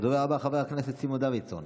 הדובר הבא, חבר הכנסת סימון דוידסון.